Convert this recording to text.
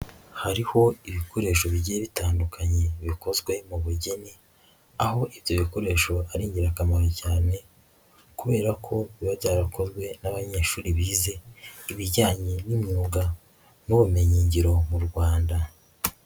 Hariho ibikoresho bigiye bitandukanye bikozwe mu bugeni, aho ibyo bikoresho ari ingirakamaro cyane kubera ko biba byarakozwe n'abanyeshuri bize ibijyanye n'imyuga n'ubumenyingiro mu Rwanda.